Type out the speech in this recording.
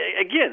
again